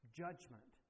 judgment